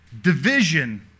division